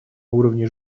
уровня